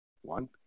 One